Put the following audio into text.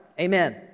Amen